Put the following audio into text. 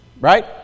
Right